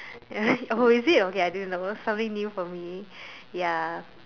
oh is it I didnt know something new for me ya